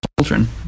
children